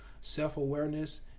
Self-awareness